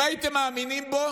אם הייתם מאמינים בו